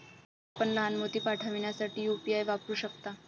आपण लहान मोती पाठविण्यासाठी यू.पी.आय वापरू शकता